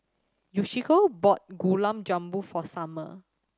Yoshiko bought Gulab Jamun for Summer